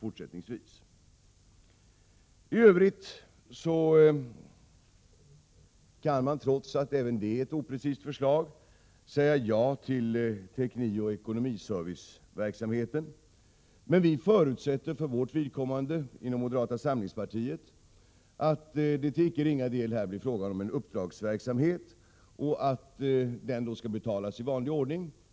IT övrigt kan man, trots att även det är ett oprecist förslag, säga ja till teknikoch ekonomiserviceverksamheten, men vi förutsätter för vårt vidkommande inom moderata samlingspartiet att det till icke ringa del här blir fråga om en uppdragsverksamhet och att den skall betalas i vanlig ordning.